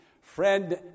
Friend